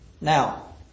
Now